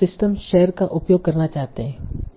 system share का उपयोग करना चाहते हैं